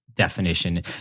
definition